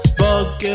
bug